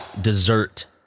dessert